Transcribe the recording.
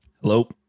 Hello